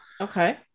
Okay